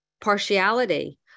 partiality